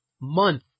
month